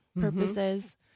purposes